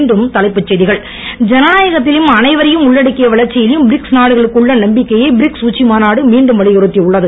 மீண்டும் தலைப்புச் செய்திகள் ஜனநாயகத்திலும் அனைவரையும் உள்ளடக்கிய வளர்ச்சியிலும் பிரிக்ஸ் நாடுகளுக்குள்ள நம்பிக்கையை பிரிக்ஸ் உச்சி மாநாடு மீண்டும் வலியுறுத்தியுள்ளது